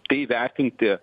tai vertinti